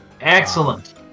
Excellent